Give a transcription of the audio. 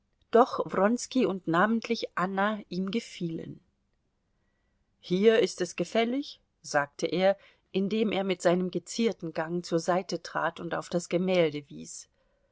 doch wronski und namentlich anna ihm gefielen hier ist es gefällig sagte er indem er mit seinem gezierten gang zur seite trat und auf das gemälde wies